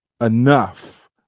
enough